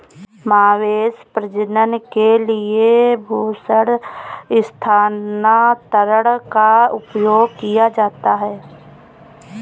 मवेशी प्रजनन के लिए भ्रूण स्थानांतरण का उपयोग किया जाता है